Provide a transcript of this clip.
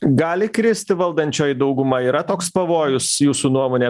gali kristi valdančioji dauguma yra toks pavojus jūsų nuomone